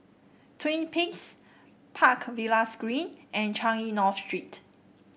Twin Peaks Park Villas Green and Changi North Street